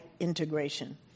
integration